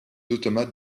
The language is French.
automates